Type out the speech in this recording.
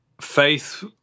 faith